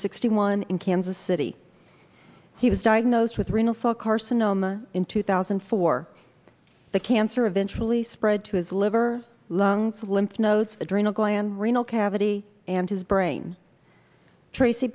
sixty one in kansas city he was diagnosed with renal cell carcinoma in two thousand and four the cancer eventually spread to his liver lungs lymph nodes adrenal gland renal cavity and his brain tracy